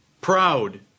proud